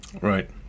Right